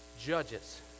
judges